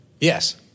Yes